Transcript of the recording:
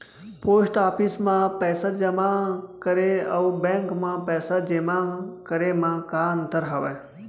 post office मा पइसा जेमा करे अऊ बैंक मा पइसा जेमा करे मा का अंतर हावे